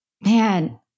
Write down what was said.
man